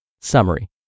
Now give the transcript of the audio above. Summary